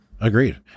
Agreed